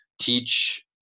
teach